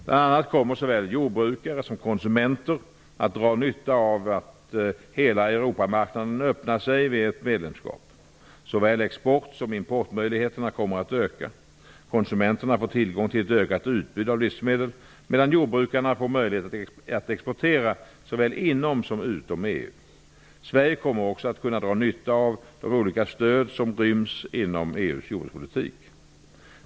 Bl.a. kommer såväl jordbrukare som konsumenter att dra nytta av att hela Europamarknaden öppnar sig vid ett medlemskap. Såväl export som importmöjligheterna kommer att öka. Konsumenterna får tillgång till ett ökat utbud av livsmedel, medan jordbrukarna får möjlighet att exportera såväl inom som utom EU. Sverige kommer också att kunna dra nytta av de olika stöd som ryms inom EU:s jordbrukspolitik.